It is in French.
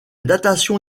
datation